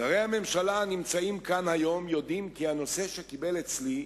שרי הממשלה הנמצאים כאן היום יודעים כי הנושא שקיבל אצלי,